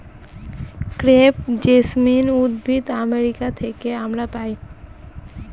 crepe jasmine উদ্ভিদ America থেকে আমরা পাই